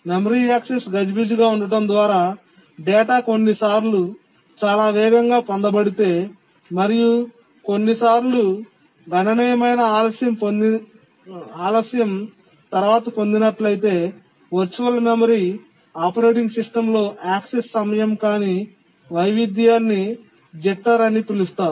memory access గజిబిజిగా ఉండటం ద్వారా డేటా కొన్నిసార్లు చాలా వేగంగా పొందబడితే మరియు కొన్నిసార్లు గణనీయమైన ఆలస్యం తర్వాత పొందినట్లయితే వర్చువల్ మెమరీ ఆపరేటింగ్ సిస్టమ్లో యాక్సెస్ సమయం యొక్క వైవిధ్యాన్ని జిట్టర్ అని పిలుస్తారు